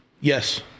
Yes